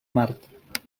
mart